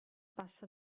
passa